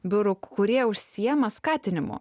biurų kurie užsiima skatinimu